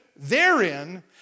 Therein